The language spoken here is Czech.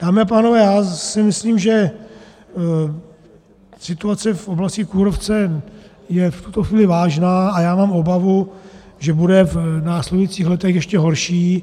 Dámy a pánové, já si myslím, že situace v oblasti kůrovce je v tuto chvíli vážná, a mám obavu, že bude v následujících letech ještě horší.